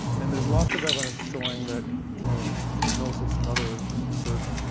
and there's lots of evidence showing that hypnosis and other research,